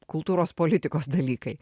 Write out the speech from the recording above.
kultūros politikos dalykai